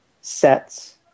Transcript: sets